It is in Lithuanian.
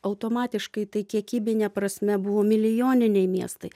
automatiškai tai kiekybine prasme buvo milijoniniai miestai